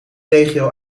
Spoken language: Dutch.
regio